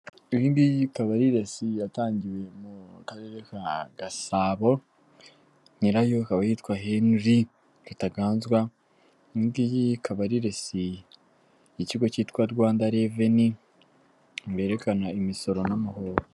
Iyi ngiyi ikaba ari resi yatangiwe mu karere ka Gasabo nyirayo akaba yitwa Heniri Rutaganzwa, iyi ikaba ari resi y'ikigo cyitwa Rwanda reveni berekana imisoro n'amahoro.